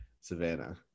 Savannah